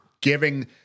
giving